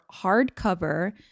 hardcover